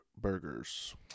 burgers